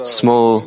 small